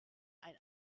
ein